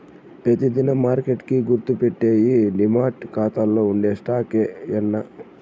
పెతి దినం మార్కెట్ కి గుర్తుపెట్టేయ్యి డీమార్ట్ కాతాల్ల ఉండే స్టాక్సే యాన్నా